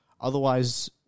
Otherwise